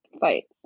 Fights